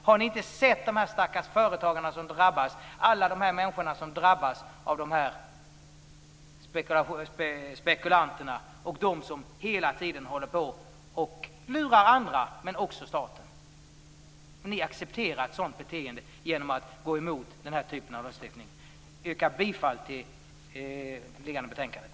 Har ni inte sett alla de stackars människor som drabbas av spekulanterna och dem som hela tiden håller på att lura andra men också staten? Ni accepterar ett sådant beteende genom att gå emot den här typen av rösträkning. Jag yrkar bifall till utskottets hemställan i det liggande betänkandet.